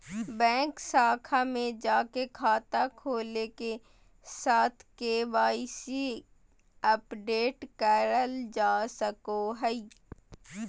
bank शाखा में जाके खाता खोले के साथ के.वाई.सी अपडेट करल जा सको हय